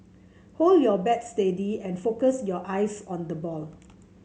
hold your bat steady and focus your eyes on the ball